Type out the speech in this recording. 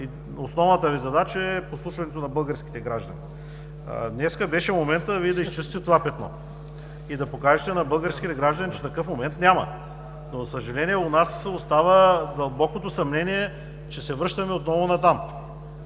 че основната Ви задача е подслушването на българските граждани. Днес беше моментът Вие да изчистите това петно и да покажете на българските граждани, че такъв момент няма. За съжаление, у нас остава дълбокото съмнение, че се връщаме отново натам